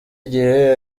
igihe